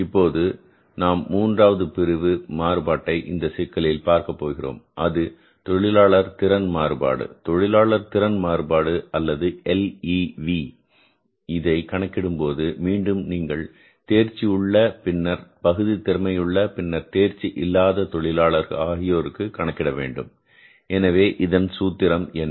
இப்போது நாம் மூன்றாவது பிரிவு மாறுபாட்டை இந்த சிக்கலில் பார்க்கப் போகிறோம் அது தொழிலாளர் திறன் மாறுபாடு தொழிலாளர் திறன் மாறுபாடு அல்லது LEV இதை கணக்கிடும்போது மீண்டும் நீங்கள் தேர்ச்சி உள்ள பின்னர் பகுதி திறமையுள்ள பின்னர் தேர்ச்சி இல்லாத தொழிலாளர்கள் ஆகியோருக்கு கணக்கிட வேண்டும் எனவே இதன் சூத்திரம் என்ன